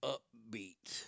Upbeat